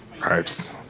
Pipes